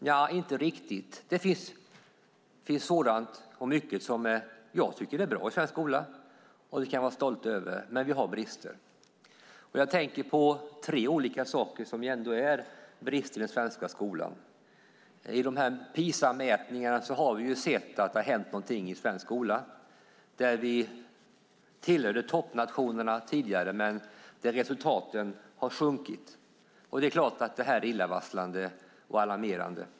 Nja, inte riktigt. Det finns mycket i svensk skola som jag tycker är bra och som vi kan vara stolta över. Men vi har brister. Jag tänker på tre olika saker som ändå är brister i den svenska skolan. Genom PISA-mätningarna har vi sett att det har hänt något i svensk skola. Vi tillhörde tidigare toppnationerna, men resultaten har sjunkit. Det är klart att det är illavarslande och alarmerande.